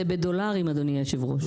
זה בדולרים, אדוני היושב-ראש...